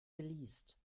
geleast